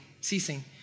ceasing